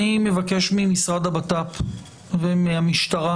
אני מבקש מהמשרד לביטחון פנים ומהמשטרה